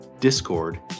discord